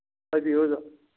ꯍꯥꯏꯕꯤꯌꯨ ꯑꯣꯖꯥ